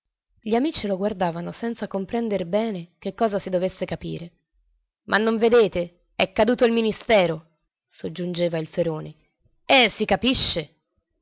gli amici lo guardavano senza comprender bene che cosa si dovesse capire ma non vedete è caduto il ministero soggiungeva il feroni e si capisce